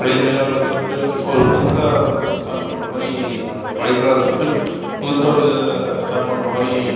பழைய துணியெல்லாம் கொளுத்தி போட்டு ஒரு புதுசாக ஒரு இதை ஸ்டாட் பண்ற மாதிரி பழசலாம் சுட்டு புதுசாக ஒரு இதை ஸ்டாட் பண்ற மாதிரி